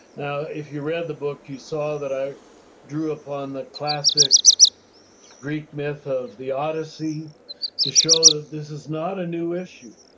now, if you read the book, you saw that i drew upon the classic greek myth of the odyssey to show that this is not a new issue,